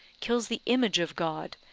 kills the image of god,